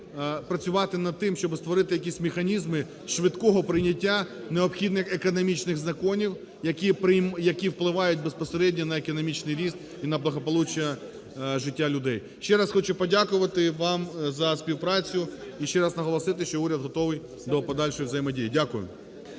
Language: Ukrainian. працювати над тим, щоби створити якісь механізми швидкого прийняття необхідних економічних законів, які впливають безпосередньо на економічний ріст і на благополуччя життя людей. Ще раз хочу подякувати вам за співпрацю і ще раз наголосити, що уряд готовий до подальшої взаємодії. Дякую.